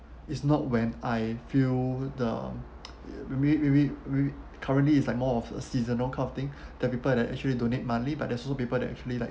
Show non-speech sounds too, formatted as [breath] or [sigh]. it's not when I feel the [noise] maybe maybe maybe currently is like more of a seasonal kind of thing [breath] that people that actually donate monthly but there's also people that actually like